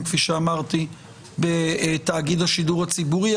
כנבחרי הציבור שלנו,